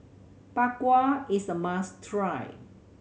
Bak Kwa is a must try